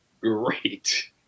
Great